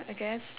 I guess